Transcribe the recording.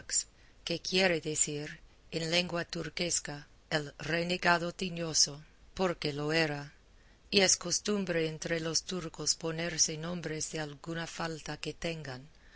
que quiere decir en lengua turquesca el renegado tiñoso porque lo era y es costumbre entre los turcos ponerse nombres de alguna falta que tengan